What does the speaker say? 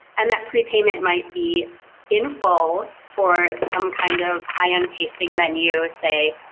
and that prepayment might be in full for some kind of high end tasting menu, say.